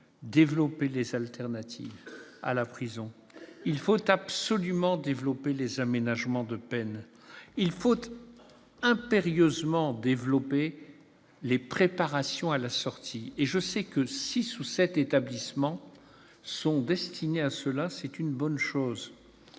il faut absolument développer les alternatives à la prison et les aménagements de peine. Il faut impérieusement développer les préparations à la sortie. Je sais que six ou sept établissements sont destinés à cela : c'est une bonne chose.